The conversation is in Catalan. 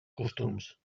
costums